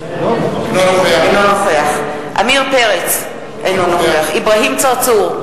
אינו נוכח עמיר פרץ, אינו נוכח אברהים צרצור,